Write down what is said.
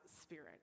spirit